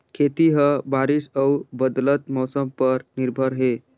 खेती ह बारिश अऊ बदलत मौसम पर निर्भर हे